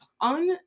on